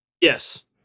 Yes